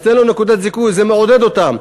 אז תן לו נקודת זיכוי, זה מעודד אותם.